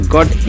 God